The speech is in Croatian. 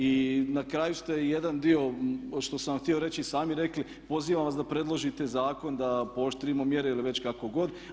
I na kraju ste i jedan dio što sam vam htio reći i sami rekli, pozivam vas da predložite zakon da pooštrimo mjere ili već kako god.